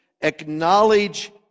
acknowledge